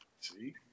see